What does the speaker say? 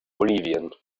bolivien